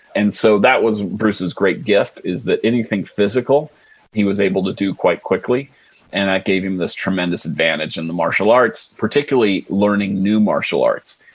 and so, that was bruce's great gift is that anything physical he was able to do quite quickly and that gave him this tremendous advantage in the martial arts, particularly learning new martial arts.